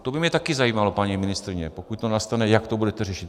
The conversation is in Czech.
To by mě taky zajímalo, paní ministryně, pokud to nastane, jak to budete řešit.